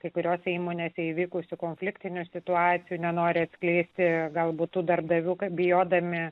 kai kurios įmonėse įvykusių konfliktinių situacijų nenori atskleisti galbūt darbdavių bijodami